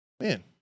man